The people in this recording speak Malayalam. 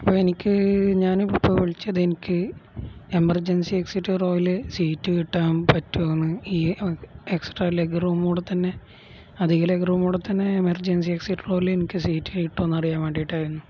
അപ്പോള് എനിക്ക് ഞാനിപ്പോള് വിളിച്ചത് എനിക്ക് എമർജൻസി എക്സിറ്റ് റോയില് സീറ്റ് കിട്ടാൻ പറ്റുമോ എന്ന് ഈ എക്സ്ട്രാ ലെഗ് റൂം കൂടെത്തന്നെ അധിക ലെഗ് റൂമില്ക്കൂടെത്തന്നെ എമർജൻസി എക്സിറ്റ് റോയില് എനിക്ക് സീറ്റ് കിട്ടുമോ എന്ന് അറിയാൻ വേണ്ടിയിട്ടായിരുന്നു